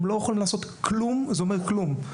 הם לא יכולים לעשות כלום, זה אומר כלום.